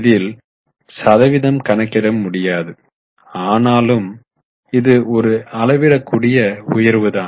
இதில் சதவீதம் கணக்கிட முடியாது ஆனாலும் இது ஒரு அளவிடக்கூடிய உயர்வுதான்